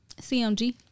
CMG